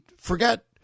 forget